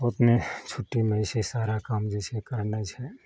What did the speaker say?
ओतने छुट्टीमे जे छै सारा काम जे छै करनाइ छै